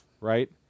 right